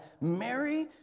Mary